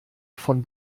von